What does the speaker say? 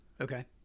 Okay